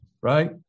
right